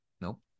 Nope